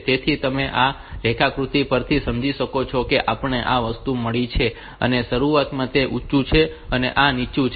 તેથી તમે આ રેખાકૃતિ પરથી સમજી શકો છો કે આપણને આ વસ્તુ મળી છે અને શરૂઆતમાં તે ઉંચુ છે અને આ નીચું છે